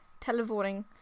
televoting